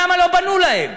למה לא בנו להם?